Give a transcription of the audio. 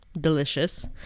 Delicious